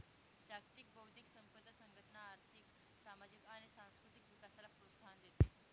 जागतिक बौद्धिक संपदा संघटना आर्थिक, सामाजिक आणि सांस्कृतिक विकासाला प्रोत्साहन देते